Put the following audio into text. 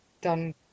done